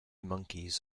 monkeys